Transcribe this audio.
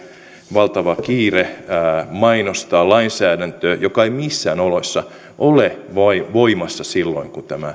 valtava kiire mainostaa lainsäädäntöä joka ei missään oloissa ole voimassa silloin